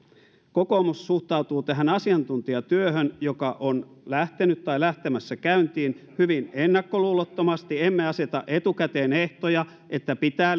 kokoomus suhtautuu tähän asiantuntijatyöhön joka on lähtenyt tai lähtemässä käyntiin hyvin ennakkoluulottomasti emme aseta etukäteen ehtoja että pitää